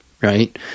Right